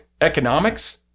economics